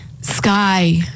Sky